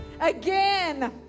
again